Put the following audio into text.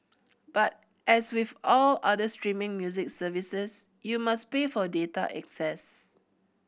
but as with all other streaming music services you must pay for data access